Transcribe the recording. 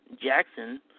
Jackson